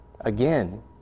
Again